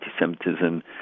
anti-Semitism